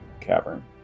cavern